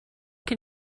can